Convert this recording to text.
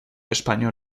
español